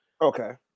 Okay